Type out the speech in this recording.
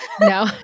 No